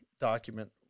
document